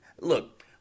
Look